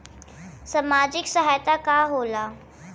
सामाजिक सहायता का होला?